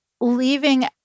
leaving